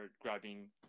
grabbing